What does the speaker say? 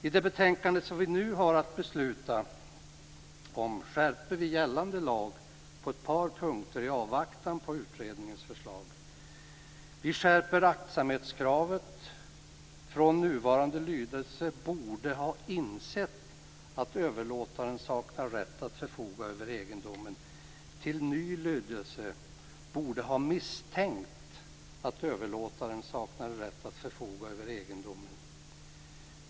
I det betänkande som vi nu har att besluta om skärper vi gällande lag på ett par punkter i avvaktan på utredningens förslag. Vi skärper aktsamhetskravet från nuvarande lydelse "borde ha insett att överlåtaren saknade rätt att förfoga över egendomen" till en ny lydelse "borde ha misstänkt att överlåtaren saknade rätt att förfoga över egendomen".